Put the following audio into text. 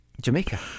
Jamaica